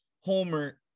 Homer